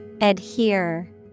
Adhere